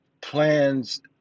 plans